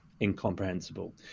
incomprehensible